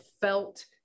felt